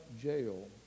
jail